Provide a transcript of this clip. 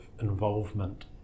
involvement